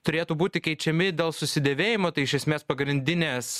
turėtų būti keičiami dėl susidėvėjimo tai iš esmės pagrindinės